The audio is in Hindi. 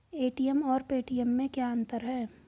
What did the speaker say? ए.टी.एम और पेटीएम में क्या अंतर है?